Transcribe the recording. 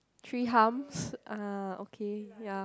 three humps ah okay ya